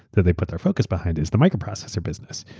that they put their focus behind, is the microprocessor business.